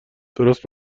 درست